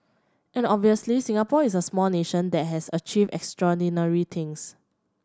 and obviously Singapore is a small nation that has achieved extraordinary things